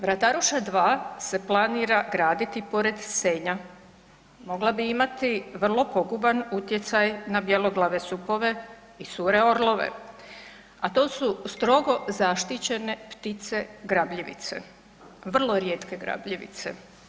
Vrataruša II se planira graditi pored Senja, mogla bi imati vrlo poguban utjecaj na bjeloglave supove i sure orlove, a to su strogo zaštićene ptice grabljivice, vrlo rijetke grabljivice.